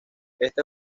esta